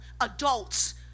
adults